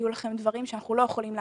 היו לכם דברים שאנחנו לא יכולים להחשיב.